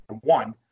one